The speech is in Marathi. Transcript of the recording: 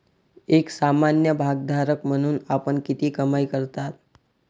एक सामान्य भागधारक म्हणून आपण किती कमाई करता?